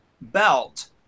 belt